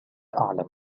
أعلم